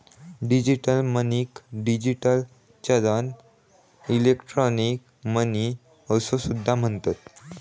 digital मनीक digital चलन, electronic money असो सुद्धा म्हणतत